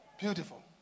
Beautiful